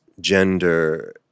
gender